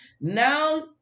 Now